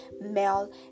male